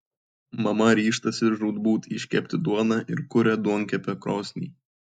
mama ryžtasi žūtbūt iškepti duoną ir kuria duonkepę krosnį